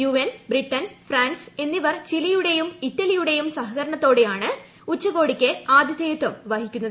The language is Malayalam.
യുഎൻ ബ്രിട്ടൻ ഫ്രാൻസ് എന്നിവർ ചിലിയുടെയും ഇറ്റലിയുടെയും സഹകരണത്തോടെ യാണ് ഉച്ചകോടിക്ക് ആതിഥേയത്വം വഹിക്കുന്നത്